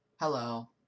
Hello